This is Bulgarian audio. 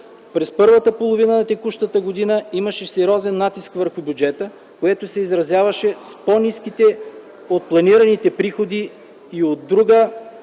През първата половина на текущата година имаше сериозен натиск върху бюджета, което се изразяваше в по-ниските от планираните приходи, от една